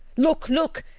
look! look!